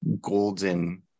golden